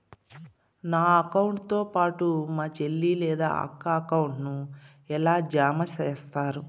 నా అకౌంట్ తో పాటు మా చెల్లి లేదా అక్క అకౌంట్ ను ఎలా జామ సేస్తారు?